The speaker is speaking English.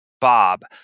Bob